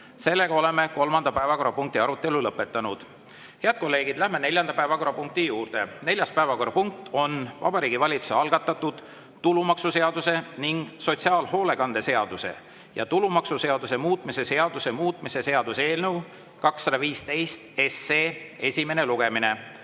regionaalminister Madis Kallase. Head kolleegid! Läheme neljanda päevakorrapunkti juurde. Neljas päevakorrapunkt on Vabariigi Valitsuse algatatud tulumaksuseaduse ning sotsiaalhoolekande seaduse ja tulumaksuseaduse muutmise seaduse muutmise seaduse eelnõu 215 esimene lugemine.